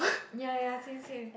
ya ya same same